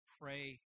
pray